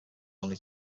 only